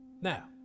Now